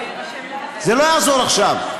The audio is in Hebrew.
זה לא יעזור עכשיו.